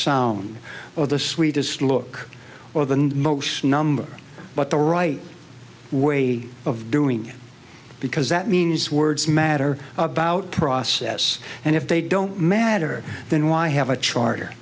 sound or the sweetest look or than most number but the right way of doing because that means words matter about process and if they don't matter then why have a charter